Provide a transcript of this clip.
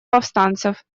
повстанцев